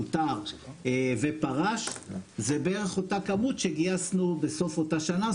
פוטר ופרש זה בערך אותה כמות שגייסנו בסוף אותה שנה.